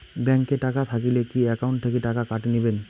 Bank এ টাকা থাকিলে কি একাউন্ট থাকি টাকা কাটি নিবেন?